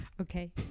Okay